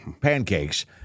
pancakes